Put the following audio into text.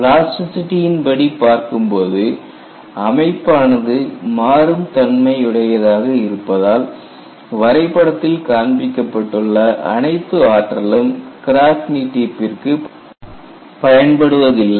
plasticity யின் படி பார்க்கும்போது அமைப்பானது மாறும் தன்மையுடையதாக இருப்பதால் வரைபடத்தில் காண்பிக்கப்பட்டுள்ள அனைத்து ஆற்றலும் கிராக் நீட்டிப்பிற்கு பயன்படுவதில்லை